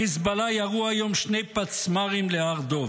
החיזבאללה ירו היום שני פצמ"רים להר דב.